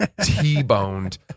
T-boned